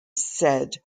said